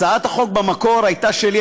הצעת החוק במקור הייתה שלי.